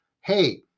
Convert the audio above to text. Hey